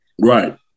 Right